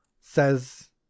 says